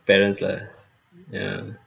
parents lah ya